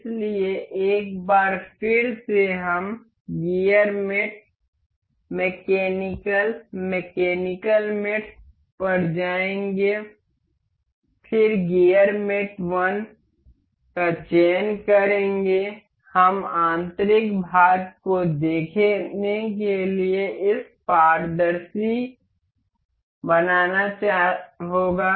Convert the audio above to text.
इसलिए एक बार फिर हम इस gear mate mechanical mechanical mates पर जाएंगे फिर गियर मेट I का चयन करेंगे हमें आंतरिक भाग को देखने के लिए इसे पारदर्शी बनाना होगा